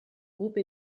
groupe